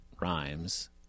rhymes